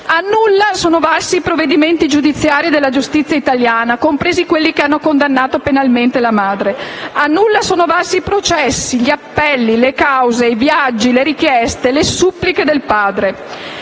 A nulla sono valsi i provvedimenti giudiziari della giustizia italiana, compresi quelli che hanno condannato penalmente la madre. A nulla sono valsi i processi, gli appelli, le cause, i viaggi, le richieste e le suppliche del padre.